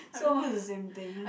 it's almost the same thing